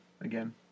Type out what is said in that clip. again